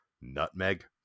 Nutmeg